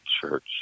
church